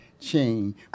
change